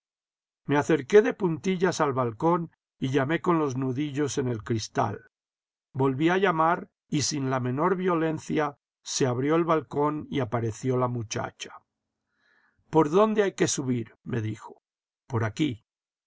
me acerqué de puntillas al balcón y llamé con los nudillos en el cristal volví a llamar y sin la menor violencia se abrió el balcón y apareció la muchacha por dónde hay que subir me dijo por aquí